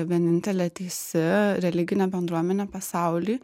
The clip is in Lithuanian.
vienintelė teisi religinė bendruomenė pasauly